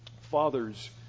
father's